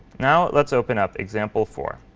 now let's open up example four.